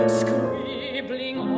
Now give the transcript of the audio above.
scribbling